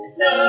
no